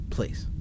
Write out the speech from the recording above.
Please